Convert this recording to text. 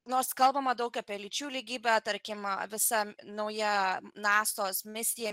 nors kalbama daug apie lyčių lygybę tarkim visa nauja nasos misija